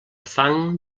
fang